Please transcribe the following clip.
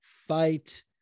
fight